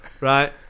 right